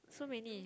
so many